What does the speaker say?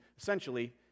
Essentially